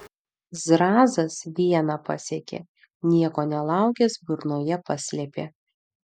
zrazas vieną pasiekė nieko nelaukęs burnoje paslėpė